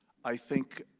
i think